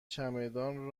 چمدان